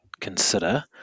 consider